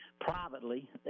privately